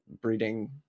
breeding